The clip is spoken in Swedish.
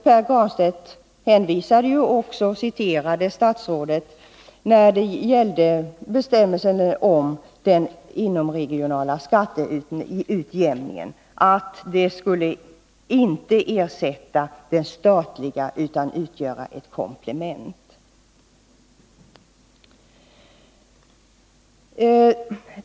Pär Granstedt citerade också statsrådets ord när det gällde bestämmelsen om den inomregionala skatteutjämningen, nämligen att det inte skulle ersätta den statliga utan utgöra ett komplement.